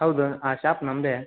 ಹೌದು ಆ ಶಾಪ್ ನಮ್ಮದೆ